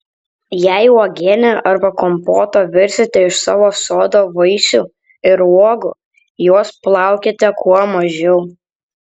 jei uogienę arba kompotą virsite iš savo sodo vaisių ir uogų juos plaukite kuo mažiau